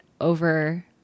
over